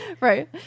Right